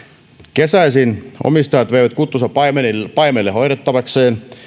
kesäisin omistajat veivät kuttunsa paimenille paimenille hoidettaviksi ja